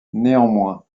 néanmoins